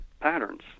patterns